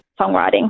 songwriting